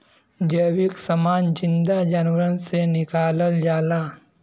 जैविक समान जिन्दा जानवरन से निकालल जाला